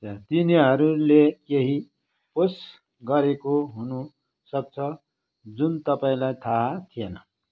तिनीहरूले केही पोस्ट गरेको हुनसक्छ जुन तपाईँँलाई थाहा थिएन